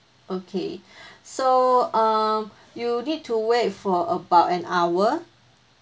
okay so um you need to wait for about an hour